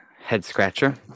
head-scratcher